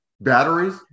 Batteries